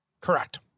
Correct